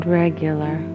regular